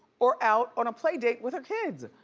or out on a play date with her kids.